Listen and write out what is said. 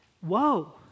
Whoa